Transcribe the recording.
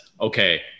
okay